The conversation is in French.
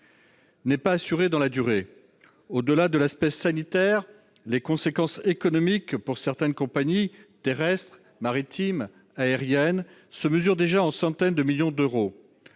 n'est pas assuré dans la durée. Au-delà de l'aspect sanitaire, les conséquences économiques pour certaines compagnies terrestres, maritimes ou aériennes se mesurent déjà en centaines de millions d'euros.